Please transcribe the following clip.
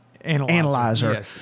analyzer